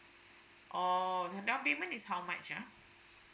oh the down payment is how much ah